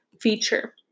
feature